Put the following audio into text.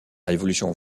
révolution